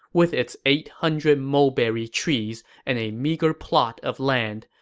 with its eight hundred mulberry trees and a meager plot of land,